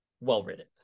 well-written